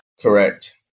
Correct